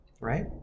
Right